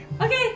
Okay